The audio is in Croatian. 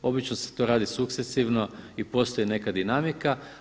Obično se to radi sukcesivno i postoji neka dinamika.